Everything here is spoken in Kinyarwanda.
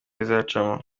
bizacamo